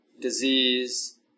disease